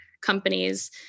companies